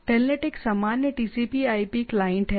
telnet एक सामान्य TCP IP TCPIP client है